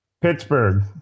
Pittsburgh